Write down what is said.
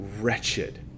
wretched